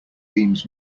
deems